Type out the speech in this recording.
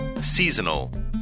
Seasonal